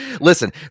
Listen